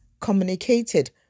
communicated